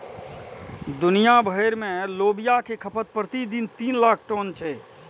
दुनिया भरि मे लोबिया के खपत प्रति दिन तीन लाख टन छै